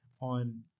on